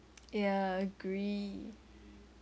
yeah agree